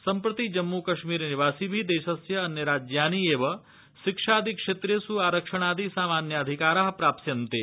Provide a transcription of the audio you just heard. सम्प्रति जम्मू कश्मीरनिवासिभि देशस्य अन्यराज्यानि एव शिक्षादि क्षेत्रेष् आरक्षणादि सामान्याधिकारा प्राप्स्यन्ते